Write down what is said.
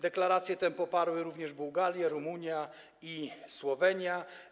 Deklarację tę poparły również Bułgaria, Rumunia i Słowenia.